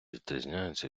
відрізняються